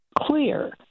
clear